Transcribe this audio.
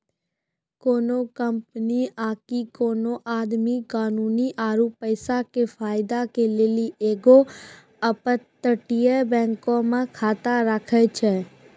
कोनो कंपनी आकि कोनो आदमी कानूनी आरु पैसा के फायदा के लेली एगो अपतटीय बैंको मे खाता राखै छै